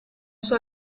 sua